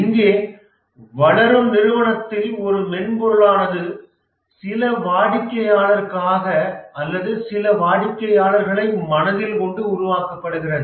இங்கே வளரும் நிறுவனத்தில் ஒரு மென்பொருளானது சில வாடிக்கையாளர்களுக்காக அல்லது சில வாடிக்கையாளர்களை மனதில் கொண்டு உருவாக்கப்படுகிறது